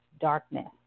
darkness